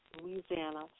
Louisiana